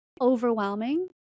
overwhelming